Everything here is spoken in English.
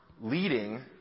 leading